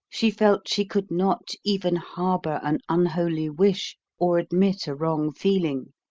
she felt she could not even harbour an unholy wish or admit a wrong feeling